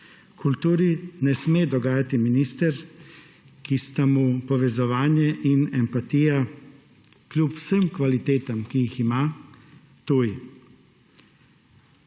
kulturi ne sme dogajati minister, ki sta mu povezovanje in empatija kljub vsem kvalitetam, ki jih ima, tuja.